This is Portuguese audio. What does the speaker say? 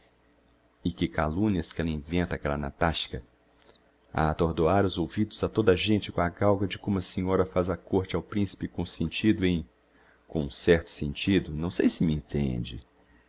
e que calumnias que ella inventa aquella natachka a atordoar os ouvidos a toda a gente com a galga de como a senhora faz a côrte ao principe com o sentido em com um certo sentido não sei se m'entende